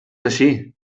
així